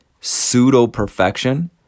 pseudo-perfection